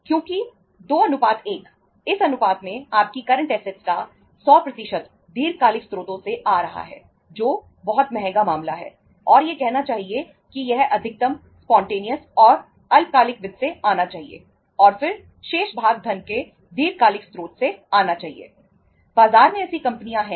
क्योंकि 21 इस अनुपात में आपकी करंट ऐसेटस चला रही हैं